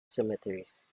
cemeteries